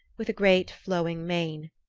with a great flowing mane.